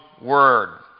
word